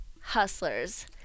hustlers